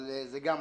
אבל גם זה משהו,